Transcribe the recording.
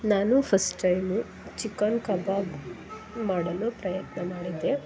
ನಾನು first time chicken kebab ಮಾಡಲು ಪ್ರಯತ್ನ ಮಾಡಿದ್ದೆ